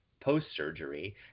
post-surgery